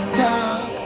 talk